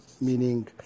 meaning